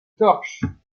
torches